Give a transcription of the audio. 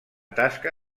tasca